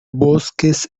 bosques